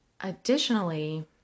Additionally